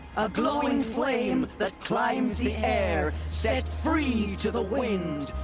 a glowing flame. that climbs the air. set free. to the wind.